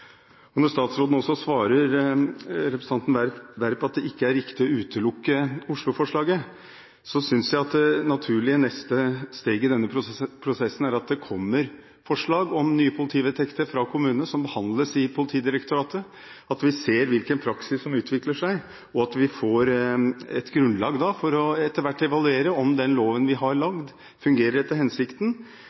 til. Når statsråden også svarer representanten Werp at det ikke er riktig å utelukke Oslo-forslaget, synes jeg at det naturlige neste steget i denne prosessen er at det kommer forslag om nye politivedtekter fra kommunene som behandles i Politidirektoratet, at vi ser hvilken praksis som utvikler seg, og at vi får et grunnlag for etter hvert å evaluere om den loven vi har laget, fungerer etter hensikten,